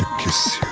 kiss